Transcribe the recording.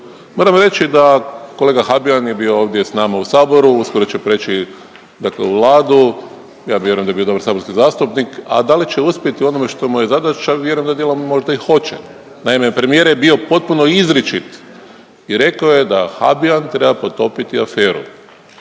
Moram reći da kolega Habijan je bio ovdje s nama u Saboru, uskoro će prijeći u Vladu, ja vjerujem da je bio dobar saborski zastupnik, a da li će uspjeti u onome što mu je zadaća, vjerujem da dijelom možda i hoće. Naime, premijer je bio potpuno izričit i rekao je da Habijan treba potopiti aferu,